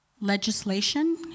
legislation